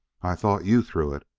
i thought you threw it!